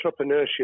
entrepreneurship